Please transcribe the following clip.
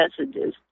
messages